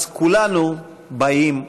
אז כולנו באים לעזור.